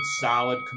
solid